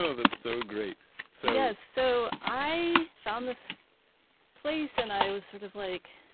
so that's so great so yeah so i found this place and i was sort of like,